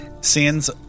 scenes